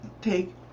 take